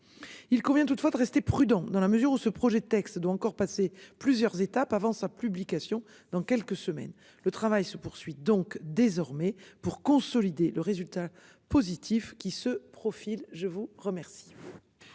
Il convient toutefois de rester prudent dans la mesure où ce projet de texte doit encore passer plusieurs étapes avant sa publication dans quelques semaines, le travail se poursuit donc désormais pour consolider le résultat positif qui se profile. Je vous remercie.